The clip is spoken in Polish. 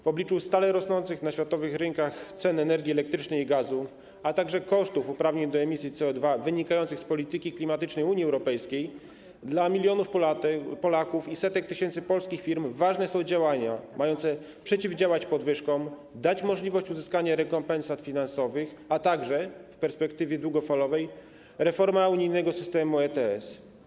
W obliczu stale rosnących na światowych rynkach cen energii elektrycznej i gazu, a także kosztów uprawnień do emisji CO2 wynikających z polityki klimatycznej Unii Europejskiej dla milionów Polaków i setek tysięcy polskich firm ważne są działania mające przeciwdziałać podwyżkom, dać możliwość uzyskania rekompensat finansowych, a także w perspektywie długofalowej – reforma unijnego systemu ETS.